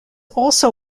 also